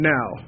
Now